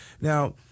Now